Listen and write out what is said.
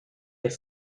des